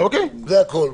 זה הכול.